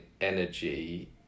energy